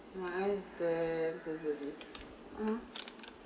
my eyes damn su~